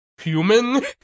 human